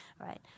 right